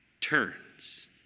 turns